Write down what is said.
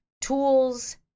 tools